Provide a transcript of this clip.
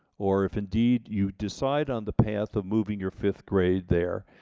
or if indeed you decide on the path of moving your fifth grade there,